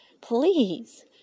please